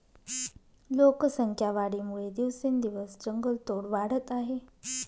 लोकसंख्या वाढीमुळे दिवसेंदिवस जंगलतोड वाढत आहे